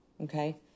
okay